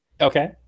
Okay